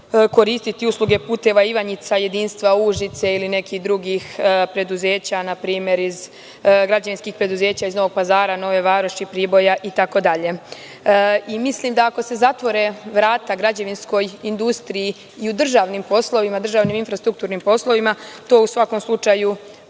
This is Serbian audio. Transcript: koristiti usluge puteva Ivanjica Jedinstvo Užice ili nekih drugih preduzeća, naprimer iz građevinskih preduzeća iz Novog Pazara, Nove Varoši, Priboja itd? Mislim, da ako se zatvore vrata građevinskoj industriji i u državnim poslovima, državnim infrastrukturnim poslovima to u svakom slučaju